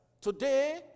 today